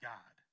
God